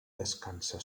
descansa